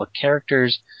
characters –